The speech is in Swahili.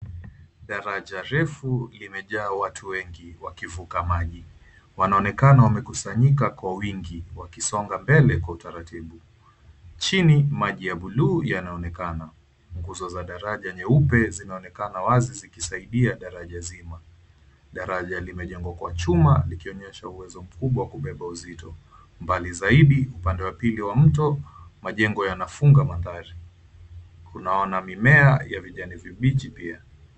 Daraja refu limejaa watu wengi wakivuka maji. Wanaonekana wamekusanyika kwa wingi wakisonga mbele kwa utaratibu. Chini, maji ya buluu yanaonekana. Nguzo za daraja nyeupe zinaonekana wazi zikisaidia daraja zima. Daraja limejengwa kwa chuma likionyesha uwezo mkubwa wa kubeba uzito. Mbali zaidi upande wa pili wa mto majengo yanafunga mandhari. Tunaona mimea ya vijani vibichi pia.